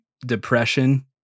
depression